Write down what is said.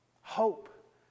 Hope